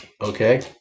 Okay